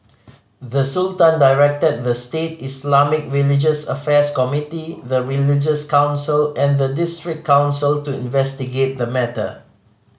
the Sultan directed the state Islamic religious affairs committee the religious council and the district council to investigate the matter